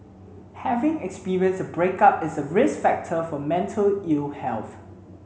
having experienced a breakup is a risk factor for mental ill health